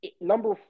number